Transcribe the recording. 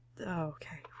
Okay